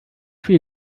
viel